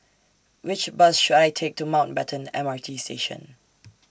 Which Bus should I Take to Mountbatten M R T Station